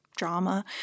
drama